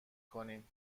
کنین